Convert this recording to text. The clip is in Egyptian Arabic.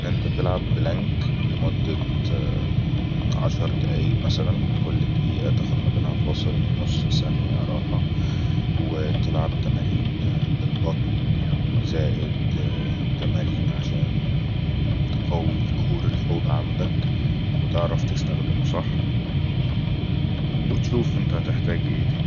تلعب بلانك لمدة عشر دئايئ مثلن كل دئيئة مثلن تاخد فاصل نص سنية راحة وتلعب تمارين للبطن زائد تمارين عشان تقوي كور الحوض عندك وتعرف تستخدمو صح وتشوف انت تحتاج اي تاني